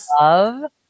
love